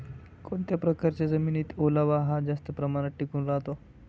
कोणत्या प्रकारच्या जमिनीत ओलावा हा जास्त प्रमाणात टिकून राहतो?